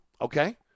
okay